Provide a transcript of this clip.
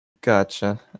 Gotcha